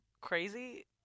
crazy